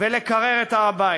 ולקרר את הר-הבית.